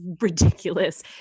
ridiculous